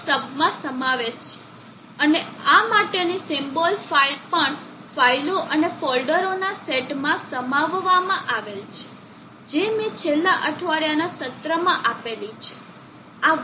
sub માં સમાવેશ છે અને આ માટેની સિમ્બોલ ફાઇલ પણ ફાઇલો અને ફોલ્ડરોના સેટમાં સમાવવામાં આવેલ છે જે મેં છેલ્લા અઠવાડિયાના સત્રમાં આપેલી છે